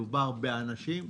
מדובר באנשים.